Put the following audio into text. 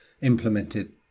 implemented